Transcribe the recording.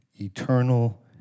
eternal